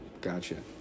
Gotcha